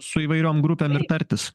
su įvairiom grupėm ir tartis